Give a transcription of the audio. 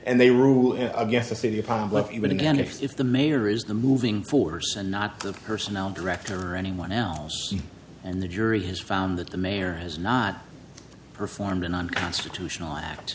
even if the mayor is the moving force and not the personnel director or anyone else and the jury has found that the mayor has not performed an unconstitutional act